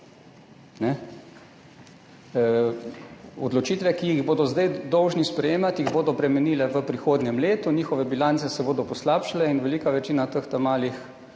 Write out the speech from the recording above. Odločitve, ki jih bodo zdaj dolžni sprejemati, jih bodo bremenile v prihodnjem letu, njihove bilance se bodo poslabšale in velika večina teh malih